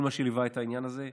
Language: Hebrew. כל מה שליווה את העניין הזה,